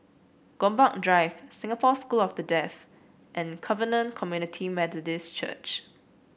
Gombak Drive Singapore School for the Deaf and Covenant Community Methodist Church